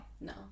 No